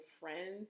friends